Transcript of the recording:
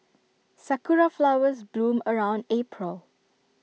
Sakura Flowers bloom around April